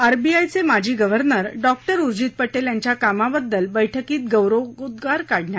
आरबीआयचे माजी governor doctor Urjit Patel यांच्या कामाबद्दल बैठकीत गौरवोद्वार काढले